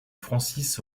francis